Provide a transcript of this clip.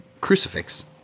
crucifix